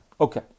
Okay